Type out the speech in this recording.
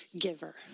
giver